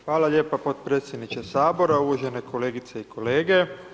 Hvala lijepa podpredsjedniče Sabora, uvažene kolegice i kolege.